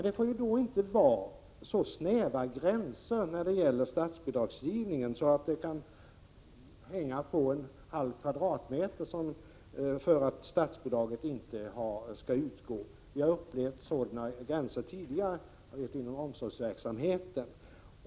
Det får inte vara så snäva gränser för statsbidragsgivningen att det kan hänga på en halv kvadratmeter om statsbidrag skall utgå. Vi har tidigare upplevt sådana gränser inom omsorgsverksamheten.